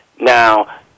Now